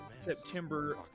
September